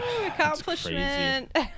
Accomplishment